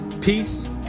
peace